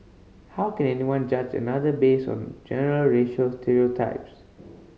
how can anyone judge another based on general racial stereotypes